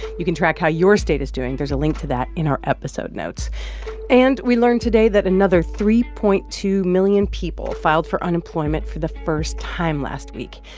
you can track how your state is doing. there's a link to that in our episode notes and we learned today that another three point two million people filed for unemployment for the first time last week.